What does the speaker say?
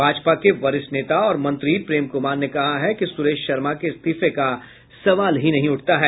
भाजपा के वरिष्ठ नेता और मंत्री प्रेम कुमार ने कहा है कि सुरेश शर्मा के इस्तीफे का सवाल ही नहीं उठता है